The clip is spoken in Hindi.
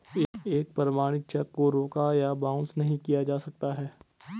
एक प्रमाणित चेक को रोका या बाउंस नहीं किया जा सकता है